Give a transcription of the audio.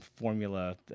Formula